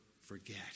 forget